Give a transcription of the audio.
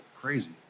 crazy